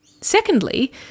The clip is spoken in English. Secondly